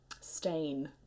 Stain